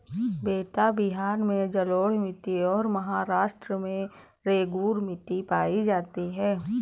बेटा बिहार में जलोढ़ मिट्टी और महाराष्ट्र में रेगूर मिट्टी पाई जाती है